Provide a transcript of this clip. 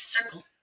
Circle